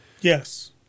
Yes